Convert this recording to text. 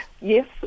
Yes